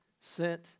sent